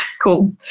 Cool